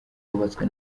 wubatswe